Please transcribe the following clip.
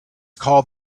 called